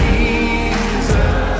Jesus